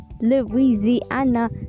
louisiana